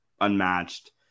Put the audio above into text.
unmatched